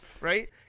right